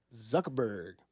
Zuckerberg